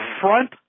front